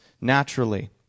naturally